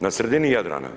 Na sredini Jadrana.